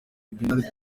bernard